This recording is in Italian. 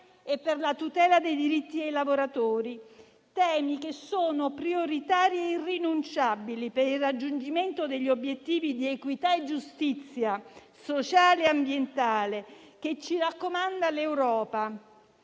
e per la tutela dei diritti dei lavoratori; temi prioritari e irrinunciabili per il raggiungimento degli obiettivi di equità e giustizia, sociale e ambientale, che ci raccomanda l'Europa.